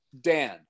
Dan